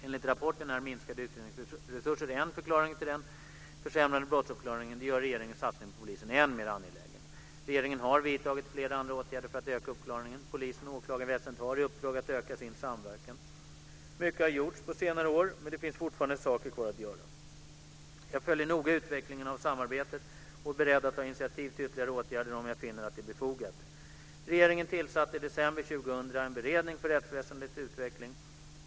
Enligt rapporten är minskade utredningsresurser en förklaring till den försämrade brottsuppklaringen. Det gör regeringens satsning på polisen än mer angelägen. Regeringen har vidtagit flera andra åtgärder för att öka uppklaringen. Polisen och åklagarväsendet har i uppdrag att öka sin samverkan. Mycket har gjorts på senare år men det finns fortfarande saker kvar att göra. Jag följer noga utvecklingen av samarbetet och är beredd att ta initiativ till ytterligare åtgärder om jag finner att det är befogat. Regeringen tillsatte i december 2000 en beredning för rättsväsendets utveckling.